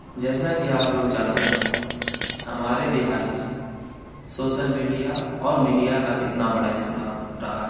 جیسا کہ آپ لوگ جانتے ہیں ہمارے بہار میں سوسل میڈیا اور میڈیا کا کتنا بڑا یوگدان رہا ہے